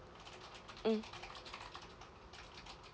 mm